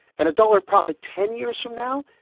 and a dollar profit ten years from now,